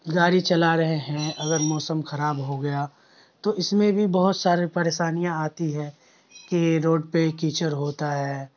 گاڑی چلا رہے ہیں اگر موسم خراب ہو گیا تو اس میں بھی بہت سارے پریشانیاں آتی ہے کہ روڈ پہ کیچڑ ہوتا ہے